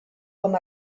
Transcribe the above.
com